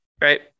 right